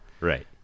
Right